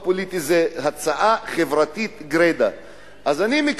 זאת לא הצעה של ניגוח פוליטי,